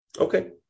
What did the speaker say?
Okay